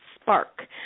spark